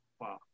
Wow